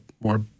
more